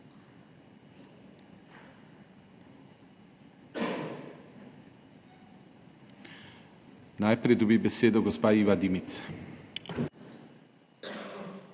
Najprej dobi besedo gospa Iva Dimic.